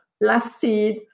lasted